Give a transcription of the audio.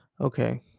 Okay